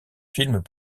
films